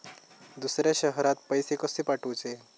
दुसऱ्या शहरात पैसे कसे पाठवूचे?